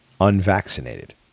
unvaccinated